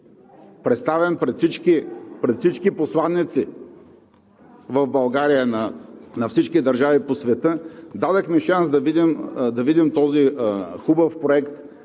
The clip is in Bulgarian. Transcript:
представен пред всички посланици в България на всички държави по света, и дадохме шанс да видим този хубав проект,